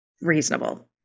reasonable